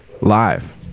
live